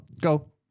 Go